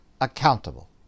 accountable